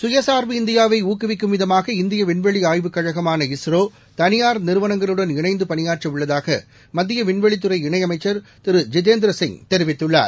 சுயசார்பு இந்தியாவை ஊக்குவிக்கும் விதமாக இந்திய விண்வெளி ஆய்வுக்கழகமான இஸ்ரோ தளியார் நிறுவனங்களுடன் இணைந்து பணியாற்ற உள்ளதாக மத்திய விண்வெளித்துறை இணையமைச்சர் திரு ஜிதேந்திர சிங் தெரிவித்துள்ளார்